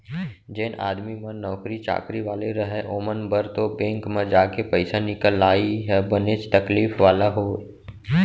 जेन आदमी मन नौकरी चाकरी वाले रहय ओमन बर तो बेंक म जाके पइसा निकलाई ह बनेच तकलीफ वाला होय